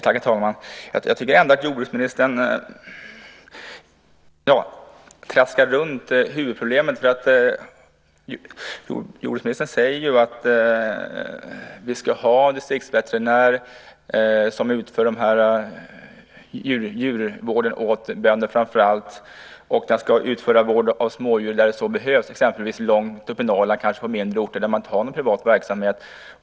Herr talman! Jag tycker att jordbruksministern traskar runt huvudproblemet. Jordbruksministern säger att vi ska ha distriktsveterinärer som utför djurvården åt framför allt bönder. De ska också utföra vård av smådjur där det behövs, exempelvis långt uppe i Norrland och på mindre orter där det inte finns någon privat verksamhet.